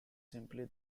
simply